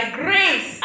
grace